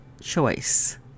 choice